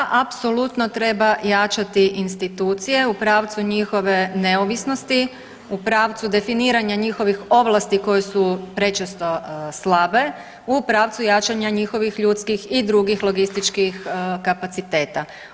Da, apsolutno treba jačati institucije u pravcu njihove neovisnosti, u pravcu definiranja njihovih ovlasti koje su prečesto slabe, u pravcu jačanja njihovih ljudskih i drugih logističkih kapaciteta.